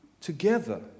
together